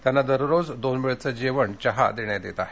त्यांना दररोज दोन वेळचं जेवण चहा देण्यात येत आहे